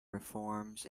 reforms